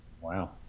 Wow